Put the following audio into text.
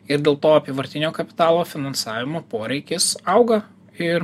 ir dėl to apyvartinio kapitalo finansavimo poreikis auga ir